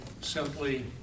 simply